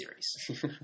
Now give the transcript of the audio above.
series